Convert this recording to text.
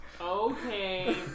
Okay